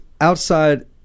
outside